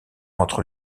entre